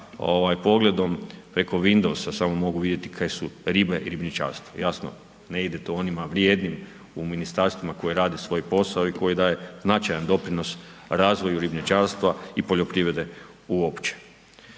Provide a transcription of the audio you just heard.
sa pogledom preko Windowsa samo mogu vidjeti kaj su ribe i ribničarstvo, jasno, ne ide to onima vrijednima u ministarstvima koji rade svoj posao i koji daju značajan doprinos razvoju ribničarstva i poljoprivrede uopće.